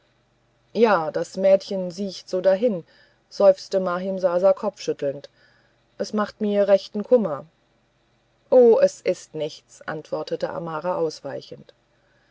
ja das mädchen siecht so hin seufzte mahimsasa kopfschüttelnd es macht mir rechten kummer o es ist nichts antwortete amara ausweichend